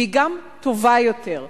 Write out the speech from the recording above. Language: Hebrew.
והיא גם טובה יותר.